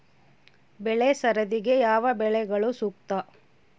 ಬೆಳೆ ಸರದಿಗೆ ಯಾವ ಬೆಳೆಗಳು ಸೂಕ್ತ?